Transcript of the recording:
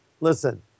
Listen